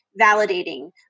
validating